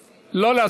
לא, אדוני.